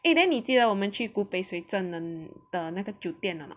eh then 你记得我们去古北水镇的那个酒店的 or not